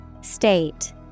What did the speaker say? State